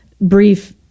brief